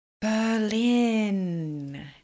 Berlin